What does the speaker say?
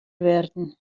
werden